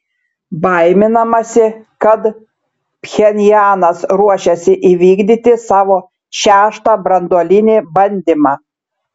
baiminamasi kad pchenjanas ruošiasi įvykdyti savo šeštą branduolinį bandymą